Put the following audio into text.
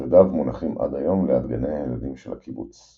שרידיו מונחים עד היום ליד גני הילדים של הקיבוץ.